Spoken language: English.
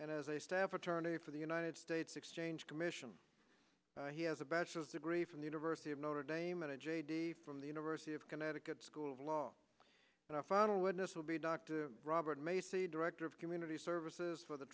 and as a staff attorney for the united states exchange commission he has a bachelor's degree from the university of notre dame and a j d from the university of connecticut school of law and our final witness will be dr robert macey director of community services for the